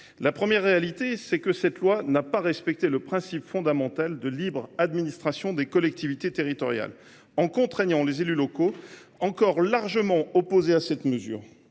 La première, c’est que cette loi n’a pas respecté le principe fondamental de libre administration des collectivités territoriales, en contraignant les élus locaux, lesquels étaient largement opposés à cette mesure